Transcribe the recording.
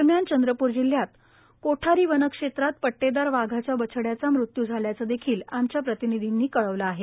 दरम्यान चंद्रप्र जिल्ह्यात कोठारी वनक्षेत्रात पट्टेदार वाघाच्या बचड्याचा मृत्यू झाल्याचं देखील आमच्या प्रतिनिधीने कळवल आहे